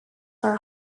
are